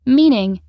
meaning